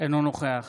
אינו נוכח